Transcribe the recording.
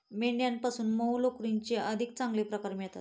मेंढ्यांपासून मऊ लोकरीचे अधिक चांगले प्रकार मिळतात